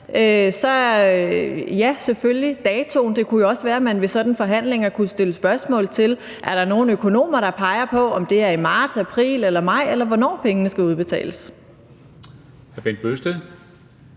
er der datoen. Det kunne jo også være, man ved sådanne forhandlinger kunne stille spørgsmål om, om der er nogle økonomer, der peger på, om det skal være i marts, april eller maj, eller hvornår pengene skal udbetales. Kl. 12:52